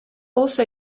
also